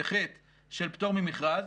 בחטא של פטור ממכרז.